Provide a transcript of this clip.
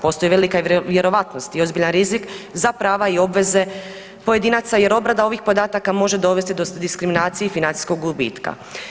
Postoji i velika vjerojatnost i ozbiljan rizik za prava i obveze pojedinaca jer obrada ovih podataka može dovesti do diskriminacije i financijskog gubitka.